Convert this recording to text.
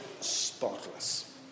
spotless